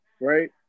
right